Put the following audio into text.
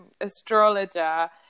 astrologer